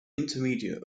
intermediate